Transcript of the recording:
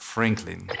Franklin